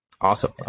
Awesome